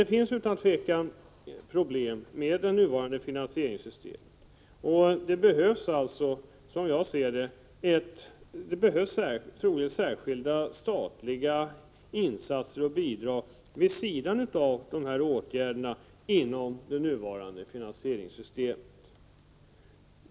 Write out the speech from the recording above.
Det finns utan tvivel problem med det nuvarande finansieringssystemet, och det behövs, som jag ser det, särskilda statliga insatser och bidrag vid sidan av de här åtgärderna inom det nuvarande finansieringssystemet.